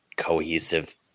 cohesive